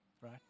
right